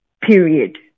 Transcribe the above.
period